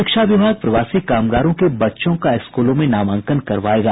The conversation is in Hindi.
शिक्षा विभाग प्रवासी कामगारों के बच्चों का स्कूलों में नामांकन करवायेगा